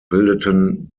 bildeten